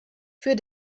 für